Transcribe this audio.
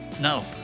No